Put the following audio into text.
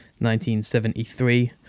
1973